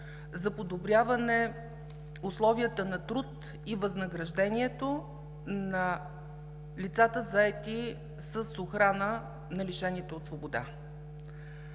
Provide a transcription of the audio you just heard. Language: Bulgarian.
за подобряване условията на труд и възнаграждението на лицата, заети с охрана на лишените от свобода.